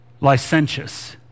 licentious